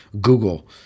Google